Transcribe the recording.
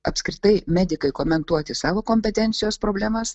apskritai medikai komentuoti savo kompetencijos problemas